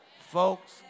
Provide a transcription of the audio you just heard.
Folks